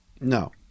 No